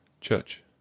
Church